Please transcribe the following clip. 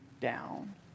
down